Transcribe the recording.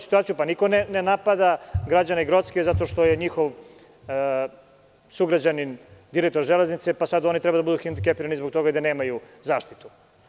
Niko ne napada građane Grocke zato štoje njihov sugrađanin direktor Železnice, pa sad oni treba da budu hendikepirani zbog toga i da nemaju zaštitu.